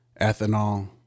ethanol